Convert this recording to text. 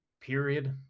period